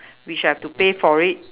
which I have to pay for it